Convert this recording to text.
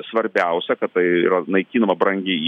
svarbiausia kad tai yra naikinama brangi